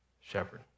shepherd